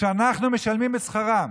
שאנחנו משלמים את שכרן.